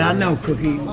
know cookie.